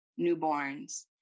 newborns